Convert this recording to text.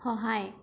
সহায়